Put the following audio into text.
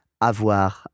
avoir